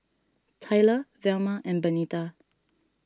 Tyler Velma and Benita